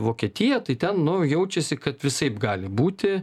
vokietiją tai ten nu jaučiasi kad visaip gali būti